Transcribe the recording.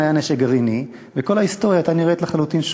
היה נשק גרעיני וכל ההיסטוריה הייתה שונה לחלוטין.